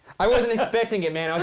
i wasn't expecting it, man,